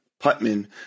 Putman